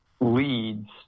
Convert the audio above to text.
leads